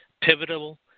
pivotal